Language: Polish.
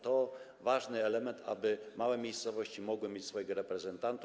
To ważny element, aby małe miejscowości mogły mieć swoich reprezentantów.